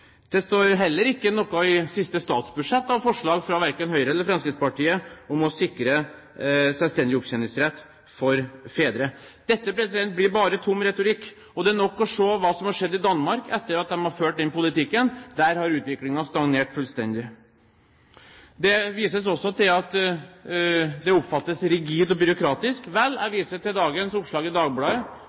Det står heller ikke noe i siste statsbudsjett om forslag verken fra Høyre eller Fremskrittspartiet om å sikre selvstendig opptjeningsrett for fedre. Dette blir bare tom retorikk. Det er nok å se hva som har skjedd i Danmark etter at de har ført den politikken. Der har utviklingen stagnert fullstendig. Det vises også til at det oppfattes rigid og byråkratisk. Vel, jeg viser til dagens oppslag i Dagbladet